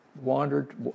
Wandered